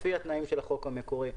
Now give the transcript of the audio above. לפי התנאים של החוק המקורי,